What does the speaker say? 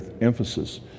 emphasis